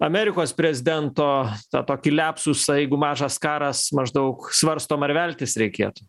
amerikos prezidento tą tokį liapsusą jeigu mažas karas maždaug svarstom ar veltis reikėtų